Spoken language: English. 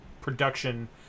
production